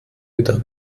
wieder